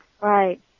Right